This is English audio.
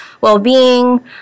well-being